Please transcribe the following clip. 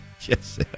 Yes